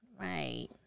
Right